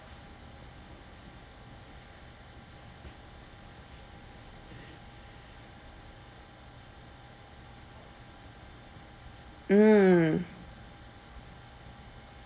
mm